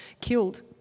killed